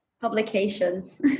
publications